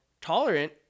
tolerant